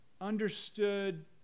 understood